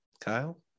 Kyle